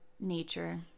Nature